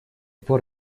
пор